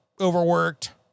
overworked